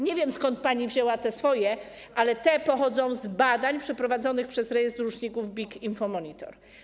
Nie wiem, skąd pani wzięła te swoje, ale te pochodzą z badań przeprowadzonych przez rejestr dłużników BIG InfoMonitor.